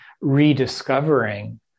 rediscovering